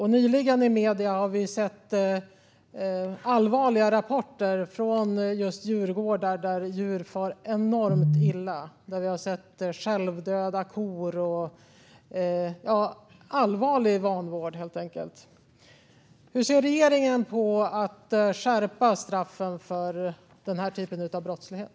Nyligen har vi i medierna sett allvarliga rapporter från djurgårdar där djur far enormt illa. Vi har sett självdöda kor och allvarlig vanvård helt enkelt. Hur ser regeringen på att skärpa straffen för denna typ av brottslighet?